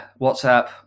whatsapp